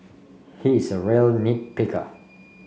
he is a real nit picker